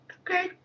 Okay